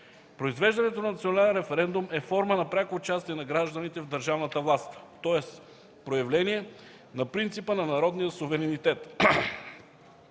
Произвеждането на национален референдум е форма на пряко участие на гражданите в държавната власт, тоест проявление на принципа на народния суверенитет.